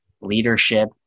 leadership